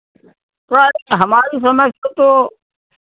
shirt हमारी समझ से तो